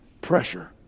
pressure